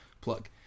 Plug